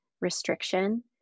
restriction